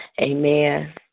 Amen